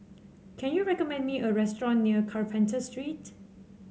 can you recommend me a restaurant near Carpenter Street